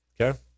Okay